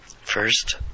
first